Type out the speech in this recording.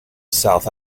south